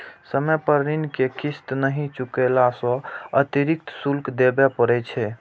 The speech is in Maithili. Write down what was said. समय पर ऋण के किस्त नहि चुकेला सं अतिरिक्त शुल्क देबय पड़ै छै